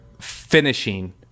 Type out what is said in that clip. finishing